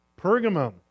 Pergamum